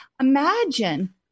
Imagine